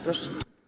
Proszę.